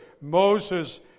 Moses